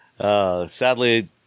Sadly